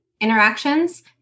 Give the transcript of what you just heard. interactions